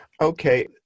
Okay